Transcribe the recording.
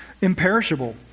imperishable